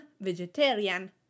vegetarian